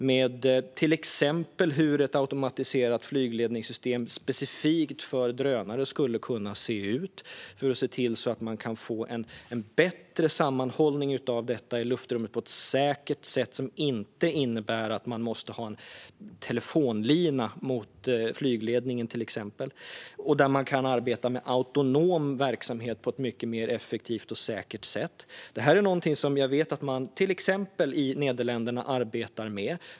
Man tittar på hur ett automatiserat flygledningssystem specifikt för drönare skulle kunna se ut så att man bättre kan hålla samman detta i luftrummet på ett säkert sätt som inte innebär att man måste ha en telefonlina mot flygledningen, till exempel. Det handlar om att man kan arbeta med autonom verksamhet på ett mycket mer effektivt och säkert sätt. Detta är någonting som jag vet att man arbetar med till exempel i Nederländerna.